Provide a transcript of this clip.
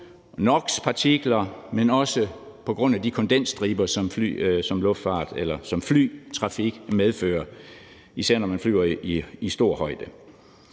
NOx-partikler, men det er også på grund af de kondensstriber, som flytrafikken medfører, især når man flyver i stor højde.